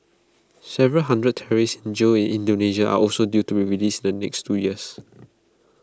several hundred terrorists in jail in Indonesia are also due to be released the next two years